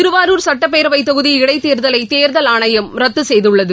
திருவாரூர் சுட்டப்பேரவைத் தொகுதி இடைத்தேர்தலை தேர்தல் ஆணையம் ர்தது செய்துள்ளது